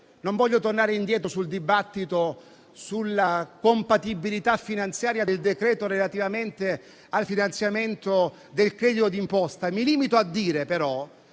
Non voglio tornare indietro sul dibattito sulla compatibilità finanziaria del decreto-legge relativamente al finanziamento del credito d'imposta. Mi limito a dire però